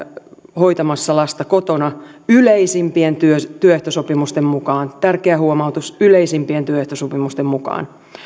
hoitamassa lasta kotona yleisimpien työehtosopimusten mukaan tärkeä huomautus yleisimpien työehtosopimusten mukaan